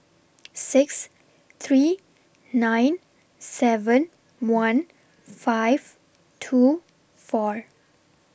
six three nine seven one five two four